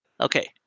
okay